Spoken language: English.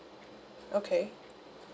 okay